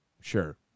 Sure